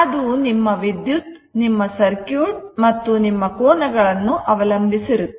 ಅದು ನಿಮ್ಮ ಸರ್ಕ್ಯೂಟ್ ಮತ್ತು ಕೋನಗಳನ್ನು ಅವಲಂಬಿಸಿರುತ್ತದೆ